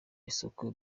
isoko